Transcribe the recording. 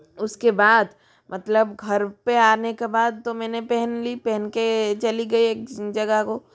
उसके बाद मतलब घर पे आने के बाद तो मैंने पहन ली पहन के चली गई एक जगह को